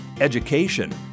education